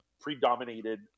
predominated